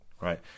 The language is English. right